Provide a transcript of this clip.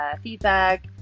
feedback